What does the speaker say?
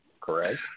correct